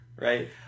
Right